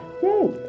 Jake